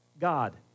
God